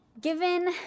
Given